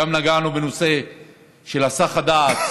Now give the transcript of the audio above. ונגענו בנושא של היסח הדעת,